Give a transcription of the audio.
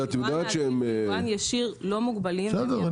יבואן עקיף ויבואן ישיר לא מוגבלים --- בסדר,